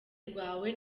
rwawe